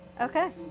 Okay